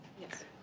yes